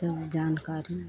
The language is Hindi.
सब जानकारी